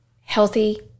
healthy